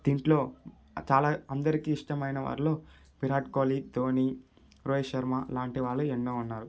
దీంట్లో చాలా అందరికీ ఇష్టమైన వారిలో విరాట్ కోహ్లి ధోనీ రోహిత్ శర్మ లాంటి వాళ్ళు ఎన్నో ఉన్నారు